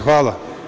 Hvala.